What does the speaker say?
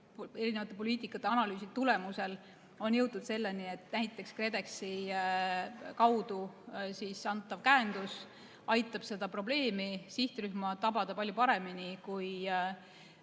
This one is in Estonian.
erinevate poliitikaanalüüside tulemusel jõutud selleni, et näiteks KredExi kaudu antav käendus aitab seda sihtrühma tabada palju paremini kui